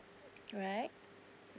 right